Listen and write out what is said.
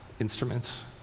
instruments